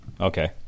Okay